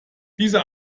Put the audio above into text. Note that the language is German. dieser